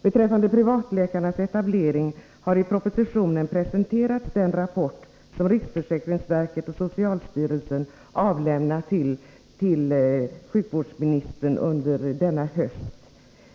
Beträffande privatläkares etablering har i propositionen presenterats den rapport som riksförsäkringsverket och socialstyrelsen avlämnat till sjukvårdsministern under denna höst.